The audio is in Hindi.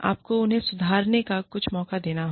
आपको उन्हें सुधारने का कुछ मौका देना होगा